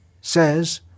says